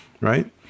right